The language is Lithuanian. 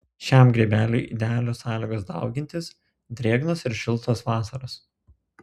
šiam grybeliui idealios sąlygos daugintis drėgnos ir šiltos vasaros